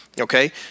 Okay